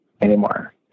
anymore